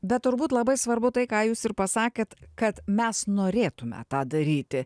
bet turbūt labai svarbu tai ką jūs ir pasakėt kad mes norėtume tą daryti